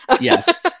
Yes